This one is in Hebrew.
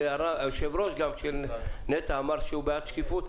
והיושב-ראש של נת"ע אמר שהוא בעד שקיפות,